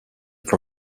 for